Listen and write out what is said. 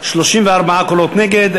34 קולות נגד,